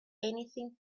anything